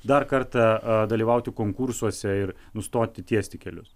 dar kartą dalyvauti konkursuose ir nustoti tiesti kelius